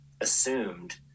assumed